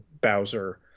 Bowser